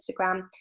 Instagram